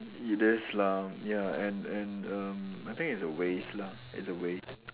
it is lah ya and and um I think it's a waste lah it's a waste